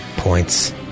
points